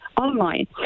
online